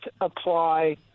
apply